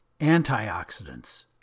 antioxidants